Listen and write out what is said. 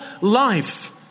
life